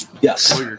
Yes